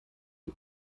die